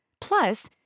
Plus